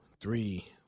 three